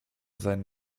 seinem